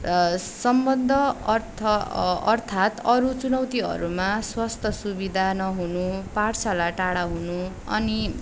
र सम्बन्ध अर्थ अर्थात् अरू चुनौतीहरूमा स्वास्थ्य सुविधा नहुनु पाठशाला टाडा हुनु अनि